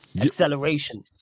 acceleration